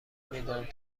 میدهند